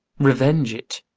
revenge it.